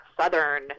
southern